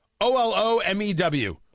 O-L-O-M-E-W